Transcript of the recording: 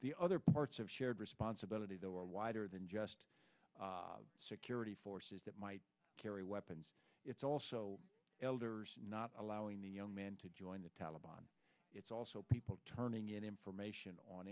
the other parts of shared responsibility there are wider than just security forces that might carry weapons it's also elders not allowing the young men to join the taliban it's also people turning in information on